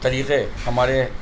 طریقے ہمارے